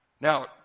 Now